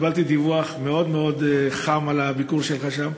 קיבלתי דיווח מאוד חם על הביקור שלך שם.